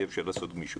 יהיה אפשר לעשות גמישות.